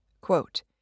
Quote